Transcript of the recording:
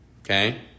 Okay